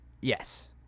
Yes